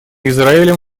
израилем